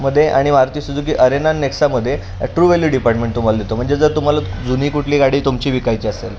मध्ये आणि Maruti Suzuki Arena आणि नेक्सामध्ये ट्रू व्हॅल्यू डिपार्टमेंट तुम्हाला देतो म्हणजे जर तुम्हाला जुनी कुठली गाडी तुमची विकायची असेल